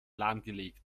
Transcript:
lahmgelegt